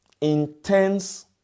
Intense